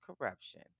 corruption